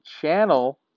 channel